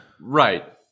right